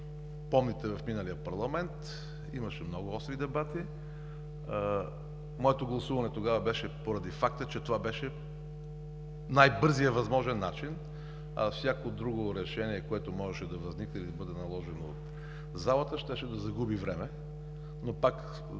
помните, в миналия парламент имаше много остри дебати. Моето гласуване тогава беше, поради факта че това беше възможно най-бързият начин, а всяко друго решение, което можеше да възникне или да бъде наложено от залата, щеше да загуби време. Не искам